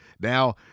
Now